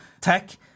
tech